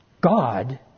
God